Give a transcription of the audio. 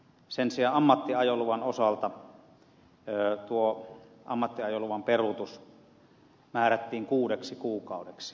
sen sijaan tuo ammattiajoluvan peruutus määrättiin kuudeksi kuukaudeksi